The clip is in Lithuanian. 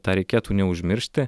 tą reikėtų neužmiršti